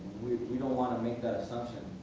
we don't wanna make that assumption.